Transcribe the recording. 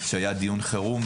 שהיה דיון חירום,